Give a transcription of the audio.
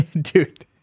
Dude